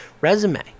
resume